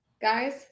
guys